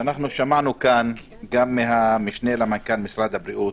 שמענו כאן גם מהמשנה למנכ"ל משרד הבריאות